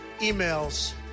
emails